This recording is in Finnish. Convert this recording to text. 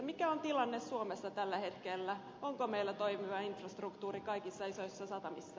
mikä on tilanne suomessa tällä hetkellä onko meillä toimiva infrastruktuuri kaikissa isoissa satamissa